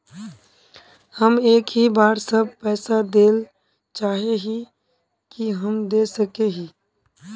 हम एक ही बार सब पैसा देल चाहे हिये की हम दे सके हीये?